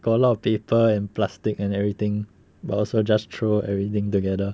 got a lot of paper and plastic and everything but also just throw everything together